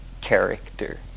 character